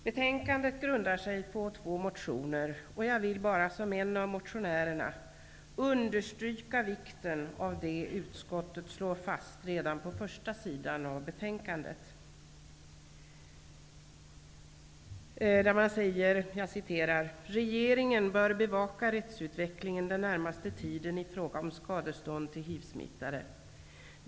Betänkandet grundar sig på två motioner, och jag vill som en av motionärerna understryka vikten av det utskottet slår fast redan på första sidan av betänkandet, nämligen: ''Regeringen bör bevaka rättsutvecklingen den närmaste tiden i fråga om skadestånd till hiv-smittade.